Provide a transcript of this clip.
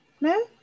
No